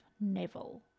Neville